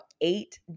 eight